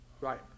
Right